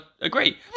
agree